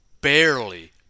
barely